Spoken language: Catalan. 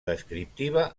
descriptiva